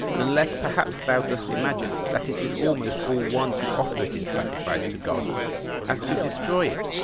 unless perhaps thou dost imagine that it is almost all one to offer it in sacrifice to god as to destroy it.